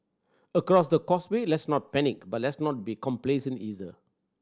across the causeway let's not panic but let's not be complacent either